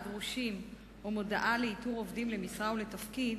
"דרושים" או מודעה לאיתור עובדים למשרה ולתפקיד,